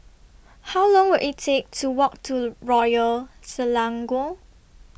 How Long Will IT Take to Walk to Royal Selangor